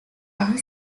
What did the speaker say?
are